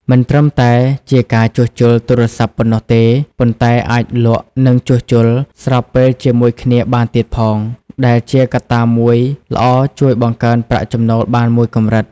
មិនត្រឹមតែជាការជួសជុលទូរសព្ទប៉ុណ្ណោះទេ ប៉ុន្តែអាចលក់និងជួសជុល ស្របពេលជាមួយគ្នាបានទៀតផង ដែលជាកត្តាមួយល្អជួយបង្កើនប្រាក់ចំណូលបានមួយកម្រិត។